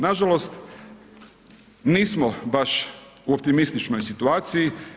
Nažalost, nismo baš u optimističnoj situaciji.